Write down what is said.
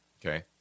Okay